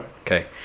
Okay